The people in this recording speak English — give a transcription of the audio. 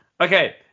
Okay